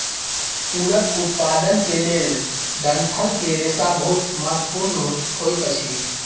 तूरक उत्पादन के लेल डंठल के रेशा बहुत महत्वपूर्ण होइत अछि